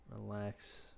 Relax